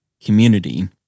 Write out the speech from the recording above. community